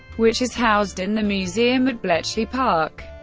which is housed in the museum at bletchley park.